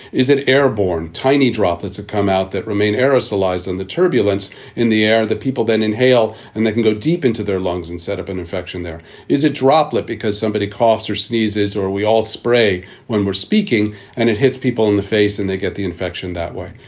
is it airborne, tiny droplets that come out that remain aerosolized and the turbulence in the air that people then inhale and they can go deep into their lungs and set up an infection? there is a droplet because somebody coughs or sneezes or we all spray when we're speaking and it hits people in the face and they get the infection that way.